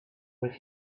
with